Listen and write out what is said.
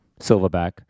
silverback